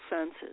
senses